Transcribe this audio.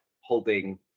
holding